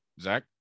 Zach